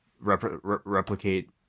replicate